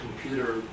computer